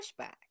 pushback